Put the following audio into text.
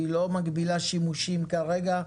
היא לא מגבילה שימושים כרגע,